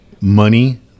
money